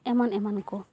ᱮᱢᱟᱱ ᱮᱢᱟᱱ ᱠᱚ